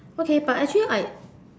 okay but actually I